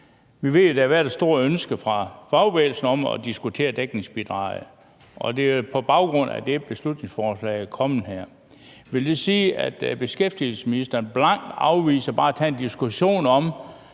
Vi ved jo, at der har været et stort ønske fra fagbevægelsen om at diskutere dækningsbidraget. Og det er jo på baggrund af det, at beslutningsforslaget her er kommet. Vil det sige, at beskæftigelsesministeren blankt afviser bare at tage en diskussion om